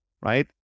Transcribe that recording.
Right